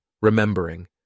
remembering